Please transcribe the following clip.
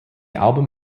album